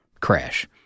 crash